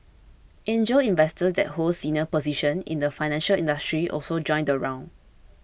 angel investors that hold senior positions in the financial industry also joined the round